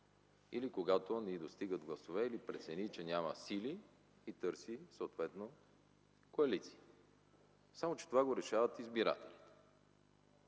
или когато не й достигат гласове, или прецени, че няма сили и съответно търси коалиции. Само че това го решават избирателите.